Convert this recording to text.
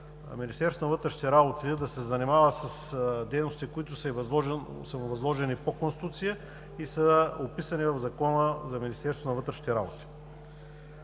Министерството на вътрешните работи да се занимава с дейности, които са му възложени по Конституция и са описани в Закона за Министерството на вътрешните работи.